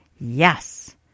yes